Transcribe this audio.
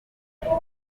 zigama